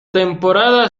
temporada